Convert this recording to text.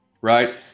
Right